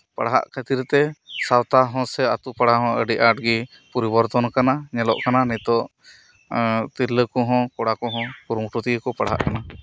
ᱯᱟᱲᱦᱟᱜ ᱠᱷᱟᱹᱛᱤᱨ ᱛᱮ ᱥᱟᱶᱛᱟ ᱦᱚᱸ ᱥᱮ ᱟᱹᱛᱩ ᱯᱟᱲᱟ ᱦᱚᱸ ᱟᱹᱰᱤ ᱟᱴᱜᱮ ᱯᱚᱨᱤᱵᱚᱨᱛᱚᱱ ᱟᱠᱟᱱᱟ ᱧᱮᱞᱚᱜ ᱠᱟᱱᱟ ᱱᱤᱛᱚᱜ ᱛᱤᱨᱞᱟᱹ ᱠᱚᱦᱚᱸ ᱠᱚᱲᱟ ᱠᱚᱦᱚᱸ ᱠᱩᱨᱩᱢᱩᱴᱩ ᱛᱮᱜᱮ ᱠᱚ ᱯᱟᱲᱦᱟᱜ ᱠᱟᱱᱟ